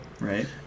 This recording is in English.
Right